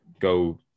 go